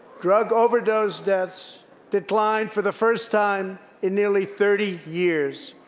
drug overdose deaths declined for the first time in nearly thirty years.